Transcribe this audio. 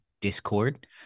Discord